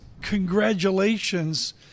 Congratulations